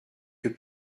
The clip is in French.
que